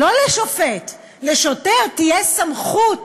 לא לשופט, תהיה סמכות